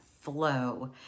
flow